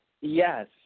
Yes